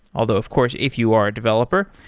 although of course if you are a developer,